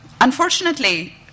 unfortunately